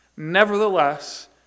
Nevertheless